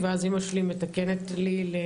טריפולי, ואז אמא שלי מתקנת, זו עיר